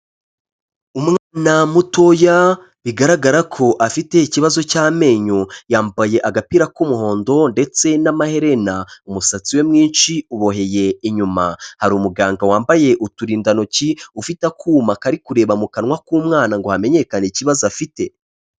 Umwana mutoya bigaragara ko afite ikibazo cy'amenyo yambaye agapira k'umuhondo ndetse n'amaherena, umusatsi we mwinshi uboheye inyuma hari umuganga wambaye uturindantoki ufite akuma kari kureba mu kanwa k'umwana ngo hamenyekane ikibazo afite.